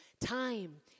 Time